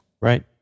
Right